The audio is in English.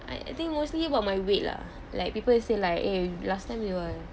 I I think mostly about my weight lah like people say like eh last time you were